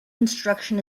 instruction